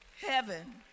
Heaven